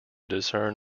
discern